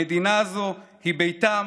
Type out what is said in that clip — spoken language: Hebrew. המדינה הזו היא ביתם